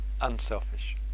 unselfish